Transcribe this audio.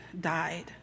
died